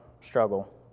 struggle